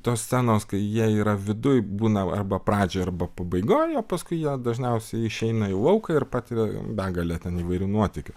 tos scenos kai jie yra viduj būna arba pradžioj arba pabaigoj o paskui jie dažniausiai išeina į lauką ir patiria begalę ten įvairių nuotykių